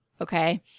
okay